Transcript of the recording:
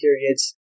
periods